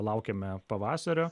laukiame pavasario